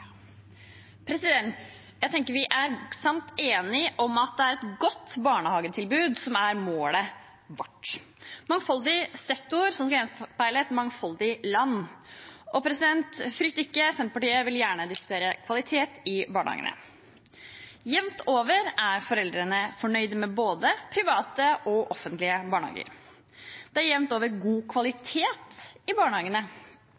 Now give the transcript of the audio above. om at det er et godt barnehagetilbud som er målet vårt – en mangfoldig sektor som skal gjenspeile et mangfoldig land. Og frykt ikke: Senterpartiet vil gjerne diskutere kvalitet i barnehagene. Jevnt over er foreldrene fornøyd med både private og offentlige barnehager. Det er jevnt over god